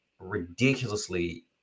ridiculously